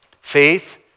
faith